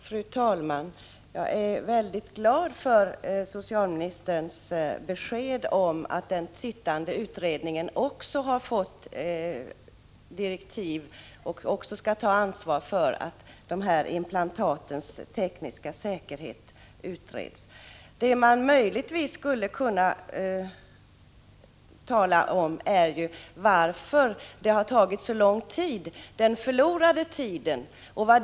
Fru talman! Jag är mycket glad över socialministerns besked att den sittande utredningen har fått tilläggsdirektiv om att utreda de tekniska implantatens säkerhet. Möjligtvis skulle man kunna ställa frågan varför det har tagit så lång tid att komma fram till denna åtgärd.